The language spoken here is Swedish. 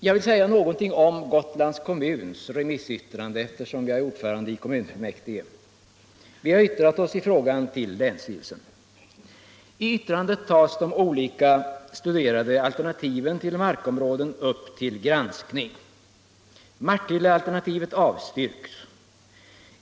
Jag vill säga någonting om Gotlands kommuns remissyttrande, eftersom jag är ordförande i kommunfullmäktige. Vi har yttrat oss i frågan till länsstyrelsen. I yttrandet tas de olika studerade alternativen till markområden upp till granskning. Martillealternativet avstyrks.